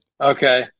Okay